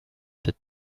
that